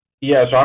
Yes